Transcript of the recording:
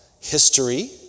History